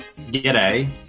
G'day